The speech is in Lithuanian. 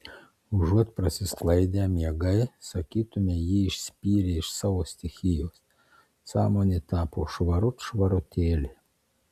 užuot prasisklaidę miegai sakytumei jį išspyrė iš savo stichijos sąmonė tapo švarut švarutėlė